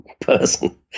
person